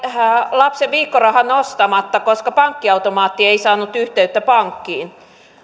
lapsen viikkoraha nostamatta koska pankkiautomaatti ei saanut yhteyttä pankkiin